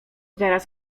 teraz